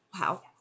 Wow